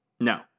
No